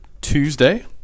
Tuesday